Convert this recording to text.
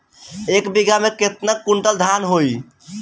एक बीगहा में केतना कुंटल धान होई?